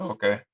Okay